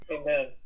Amen